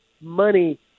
money